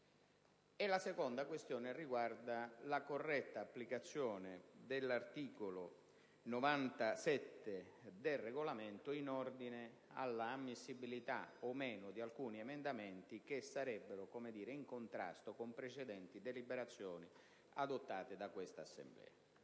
la seconda questione riguarda la corretta applicazione dell'articolo 97 del Regolamento in ordine all'ammissibilità di alcuni emendamenti che sarebbero in contrasto con precedenti deliberazioni adottate da quest'Assemblea.